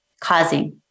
causing